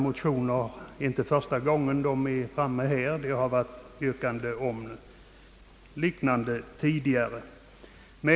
Det är inte första gången detta ärende behandlas, utan motioner med liknande yrkanden har förekommit tidigare.